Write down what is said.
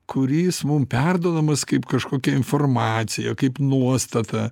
kurį jis mum perduodamas kaip kažkokia informacija kaip nuostata